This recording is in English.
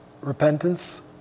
repentance